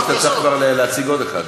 למרות שאתה צריך כבר להציג עוד אחד,